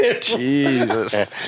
Jesus